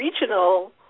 regional